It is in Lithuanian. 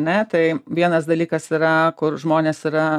ne tai vienas dalykas yra kur žmonės yra